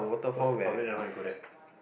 close to public then how you go there